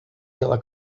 pela